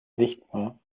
sichtbar